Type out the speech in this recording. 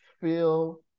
feel